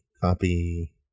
copy